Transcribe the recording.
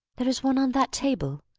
there is one on that table.